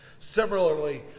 Similarly